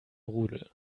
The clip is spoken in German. rudel